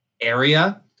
area